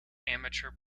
amateur